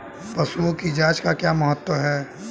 पशुओं की जांच का क्या महत्व है?